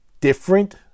different